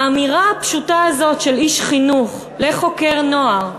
האמירה הפשוטה הזאת של איש חינוך לחוקר נוער,